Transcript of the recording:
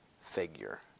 figure